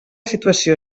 situació